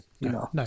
No